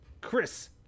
Chris